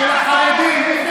של החרדים.